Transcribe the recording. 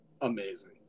amazing